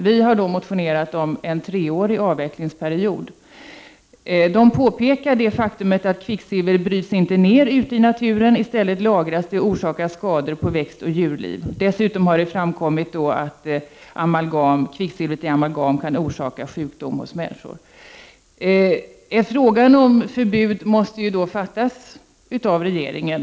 Vpk har motionerat om en treårig avvecklingsperiod. Kemikalieinspektionen påpekar det faktum att kvicksilver inte bryts ned ute i naturen, utan att det i stället lagras och orsakar skador på Prot. 1989/90:26 växtoch djurliv. Dessutom har det framkommit att kvicksilvret i amalgam 15 november 1989 kan orsaka sjukdom hos människor. REL Ett beslut om ett förbud måste fattas av regeringen.